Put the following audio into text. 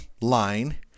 line